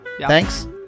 thanks